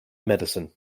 medicine